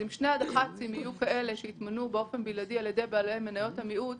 אם שני הד"חצים יהיו כאלה שיתמנו באופן בלעדי על ידי בעלי מניות המיעוט,